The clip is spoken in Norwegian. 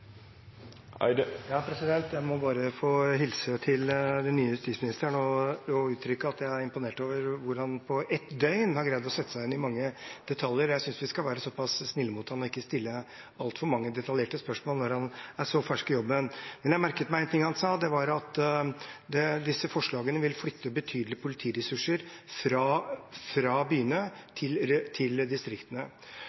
Jeg må bare få hilse til den nye justisministeren og uttrykke at jeg er imponert over hvordan han på ett døgn har greid å sette seg inn i mange detaljer. Jeg synes vi skal være snille mot ham og ikke stille altfor mange detaljerte spørsmål når han er så fersk i jobben. Jeg merket meg en ting han sa, og det var at disse forslagene ville flytte betydelige politiressurser fra byene